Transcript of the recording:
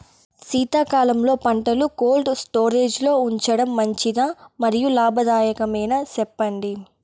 శీతాకాలంలో పంటలు cold storage లో ఉంచడం మంచిదా? మరియు లాభదాయకమేనా, సెప్పండి